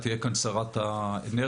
תהיה כאן שרת האנרגיה,